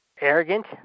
Arrogant